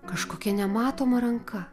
kažkokia nematoma ranka